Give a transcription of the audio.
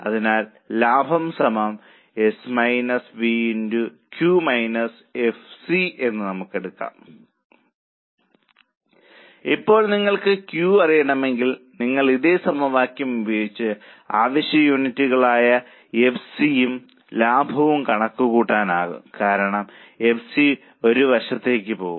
അതിനാൽ ലാഭം Q FC ഇപ്പോൾ നിങ്ങൾക്ക് ക്യു അറിയണമെങ്കിൽ നിങ്ങൾക്ക് ഇതേ സമവാക്യം ഉപയോഗിച്ച് അവശ്യ യൂണിറ്റുകളായ ആയ എഫ് സി യും ലാഭവും കണക്കുകൂട്ടാനാകും കാരണം എഫ് സി ഒരുവശത്തേക്കു പോകും